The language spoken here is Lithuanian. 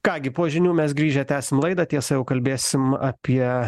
ką gi po žinių mes grįžę tęsim laidą tiesa jau kalbėsim apie